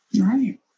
right